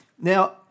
Now